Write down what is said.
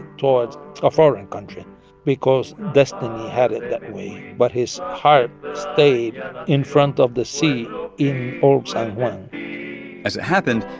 towards a foreign country because destiny had it that way. but his heart stayed in front of the sea in old san juan as it happened,